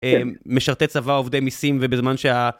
משרתי צבא, עובדי מיסים ובזמן שה...